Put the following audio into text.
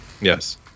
Yes